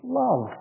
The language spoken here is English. love